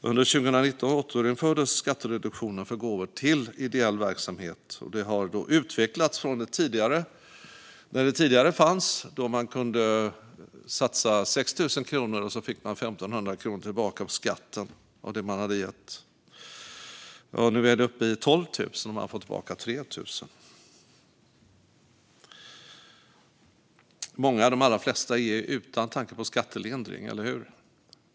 Under 2019 återinfördes skattereduktionen för gåvor till ideell verksamhet, och den har utvecklats sedan den fanns tidigare. Då kunde man ge 6 000 kronor och få 1 500 kronor tillbaka på skatten för det man hade gett. Nu är det uppe på 12 000 kronor, och då får man tillbaka 3 000. De allra flesta ger ju utan tanke på skattelindring, eller hur?